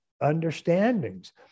understandings